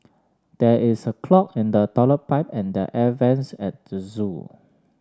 there is a clog in the toilet pipe and the air vents at the zoo